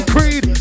Creed